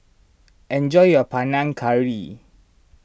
enjoy your Panang Curry